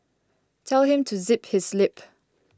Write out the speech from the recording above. tell him to zip his lip